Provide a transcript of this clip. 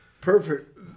Perfect